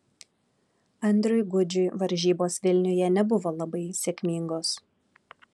andriui gudžiui varžybos vilniuje nebuvo labai sėkmingos